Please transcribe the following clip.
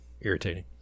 Irritating